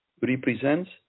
represents